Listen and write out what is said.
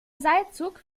seilzug